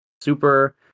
super